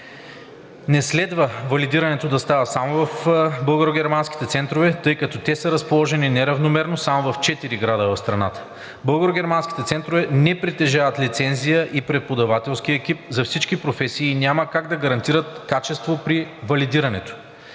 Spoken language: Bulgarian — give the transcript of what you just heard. Не следва валидирането да става само в Българо-германските центрове, тъй като те са разположени неравномерно – само в 4 града в страната. Българо-германските центрове не притежават лицензия и преподавателски екипи за всички професии и няма как да гарантират качество при валидирането.